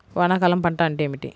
వానాకాలం పంట అంటే ఏమిటి?